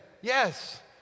Yes